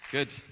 Good